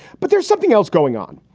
but there's something else going on.